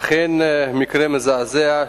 אכן מקרה מזעזע.